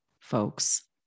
folks